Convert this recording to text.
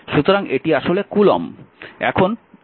সুতরাং এটি আসলে কুলম্ব